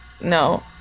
No